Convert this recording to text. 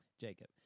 Jacob